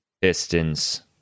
Pistons